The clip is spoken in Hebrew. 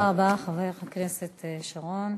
תודה רבה לחבר הכנסת שרון.